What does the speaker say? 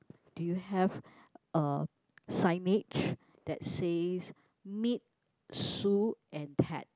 do you have a signage that says meet Su and pet